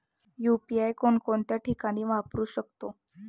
UPI कोणकोणत्या ठिकाणी वापरू शकतो?